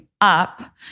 up